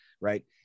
right